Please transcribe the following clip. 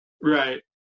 Right